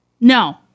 No